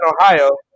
Ohio